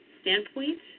standpoint